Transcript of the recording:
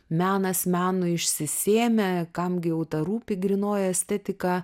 menas menui išsisėmė kam gi ta rūpi grynoji estetika